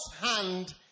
hand